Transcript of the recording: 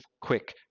quick